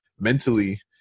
mentally